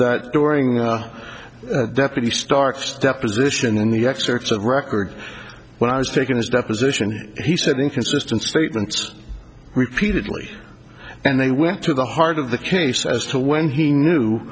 that during deputy stark's deposition in the excerpts of the record when i was taking his deposition he said inconsistent statements repeatedly and they went to the heart of the case as to when he knew